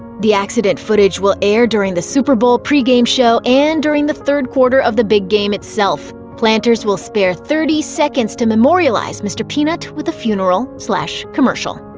the accident footage will air during the super bowl pregame show, and during the third quarter of the big game itself, planters will spare thirty seconds to memorialize mr. peanut with a funeral commercial.